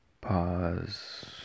Pause